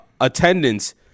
attendance